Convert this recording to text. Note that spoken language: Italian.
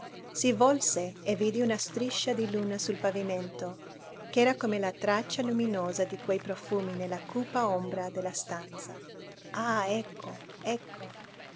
si volse e vide una striscia di luna sul pavimento ch'era come la traccia luminosa di quei profumi nella cupa ombra della stanza ah ecco ecco